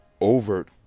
overt